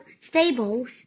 stables